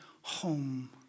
home